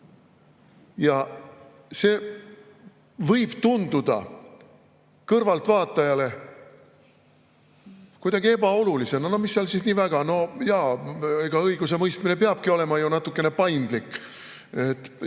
See võib tunduda kõrvaltvaatajale kuidagi ebaolulisena – no mis seal siis nii väga, õigusemõistmine peabki olema natukene paindlik.